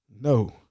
No